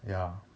ya